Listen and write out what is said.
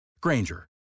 Granger